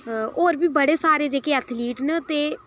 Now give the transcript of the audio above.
होर बी बड़े सारे जेह्के एथलीट न ते